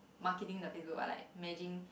marketing the facebook uh like imagine